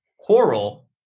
quarrel